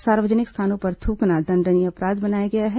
सार्वजनिक स्थानों पर थ्रकना दंडनीय अपराध बनाया गया है